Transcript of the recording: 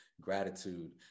gratitude